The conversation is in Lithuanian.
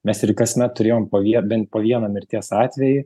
mes ir kasmet turėjom po vie bent po vieną mirties atvejį